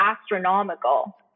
astronomical